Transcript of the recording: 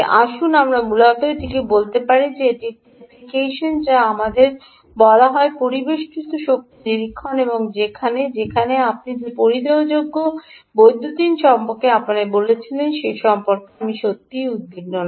আসুন আমরা মূলত এটি বলতে পারি যে এটি এমন একটি অ্যাপ্লিকেশন যা আমাদের বলা হয় পরিবেষ্টিত শক্তি নিরীক্ষণ করা যেখানেআপনাকে যে পরিধেয়যোগ্য বৈদ্যুতিন সম্পর্কে বলেছিলাম সে সম্পর্কে আপনি সত্যিই উদ্বিগ্ন নন